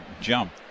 jump